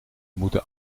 moeten